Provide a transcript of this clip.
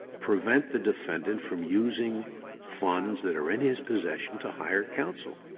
prevent the defendant from using funds that are in his possession to hire counsel.